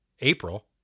April